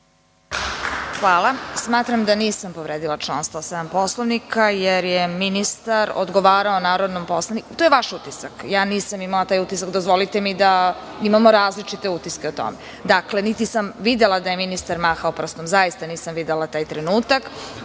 Kovač** Smatram da nisam povredila član 107. Poslovnika, jer je ministar odgovarao narodnom poslaniku. To je vaš utisak, ja nisam imala taj utisak, dozvolite mi da imamo različite utiske o tome. Dakle, niti sam videla da je ministar mahao prstom, zaista nisam videla taj trenutak.